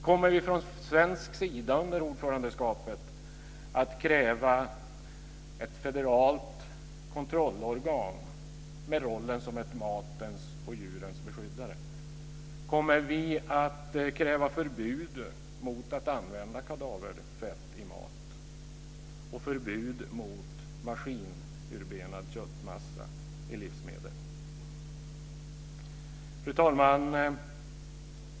Kommer vi från svensk sida under ordförandeskapet att kräva ett federalt kontrollorgan med rollen som ett matens och djurens beskyddare? Kommer vi att kräva förbud mot att använda kadaverfett i mat och förbud mot maskinurbenad köttmassa i livsmedel? Fru talman!